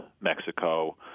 Mexico